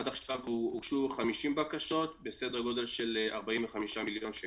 עד עכשיו הוגשו 50 בקשות בסדר גודל של 45 מיליון שקל.